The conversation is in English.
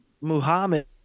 Muhammad